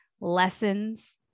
lessons